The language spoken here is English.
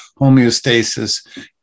homeostasis